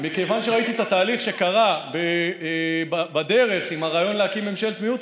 מכיוון שראיתי את התהליך שקרה בדרך עם הרעיון להקים ממשלת מיעוט,